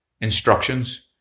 instructions